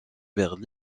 vers